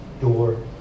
door